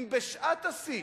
אם בשעת השיא